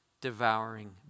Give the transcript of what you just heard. devouring